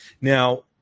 now